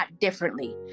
differently